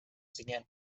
zinen